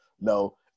no